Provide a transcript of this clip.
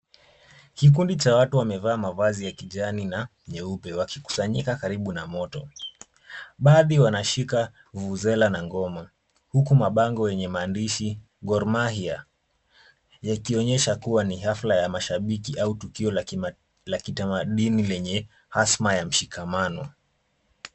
Kikundi cha watu wamevaa mavazi ya kijani na nyeupe wakikusanyika karibu na moto. Baadhi wanashika vuvuzela na ngoma huku mabango yenye maandishi Gor mahia yakionyesha kuwa ni hafla ya mashabiki au tukio la kitamaduni lenye hasma ya mshikamano.